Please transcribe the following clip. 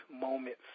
moments